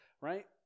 right